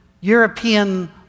European